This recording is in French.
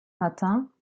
matin